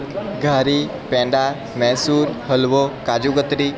ઘારી પેંડા મૈસૂર હલવો કાજુકતરી